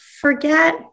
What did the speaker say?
forget